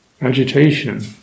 agitation